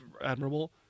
admirable